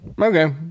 okay